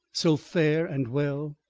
so fair and well.